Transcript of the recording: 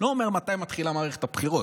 אומר מתי מתחילה מערכת בחירות.